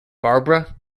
barbara